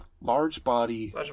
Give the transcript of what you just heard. large-body